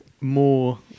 more